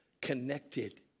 connected